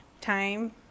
time